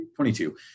22